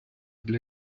для